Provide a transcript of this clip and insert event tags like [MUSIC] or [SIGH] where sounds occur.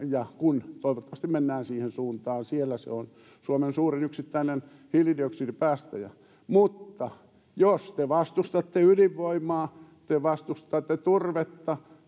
[UNINTELLIGIBLE] ja kun toivottavasti mennään siihen suuntaan siellä se on suomen suurin yksittäinen hiilidioksidipäästäjä mutta jos te vastustatte ydinvoimaa te vastustatte turvetta ja